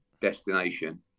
destination